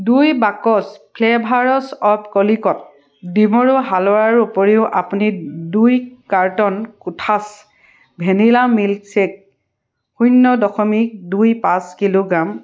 দুই box flavours of Calicut ডিমৰু হালোৱাৰ উপৰিও আপুনি দুই কাৰ্টন কোঠাছ ভেনিলা মিল্কশ্বেক শূন্য দশমিক দুই পাঁচ কিলোগ্ৰাম